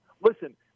Listen